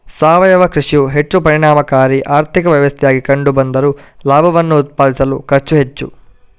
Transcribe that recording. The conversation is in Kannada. ಸಾವಯವ ಕೃಷಿಯು ಹೆಚ್ಚು ಪರಿಣಾಮಕಾರಿ ಆರ್ಥಿಕ ವ್ಯವಸ್ಥೆಯಾಗಿ ಕಂಡು ಬಂದರೂ ಲಾಭವನ್ನು ಉತ್ಪಾದಿಸಲು ಖರ್ಚು ಹೆಚ್ಚು